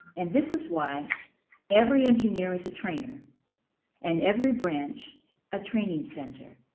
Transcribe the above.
and this is why every engineer is a trainer and every branch a training center.